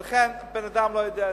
ולכן, בן-אדם לא יודע.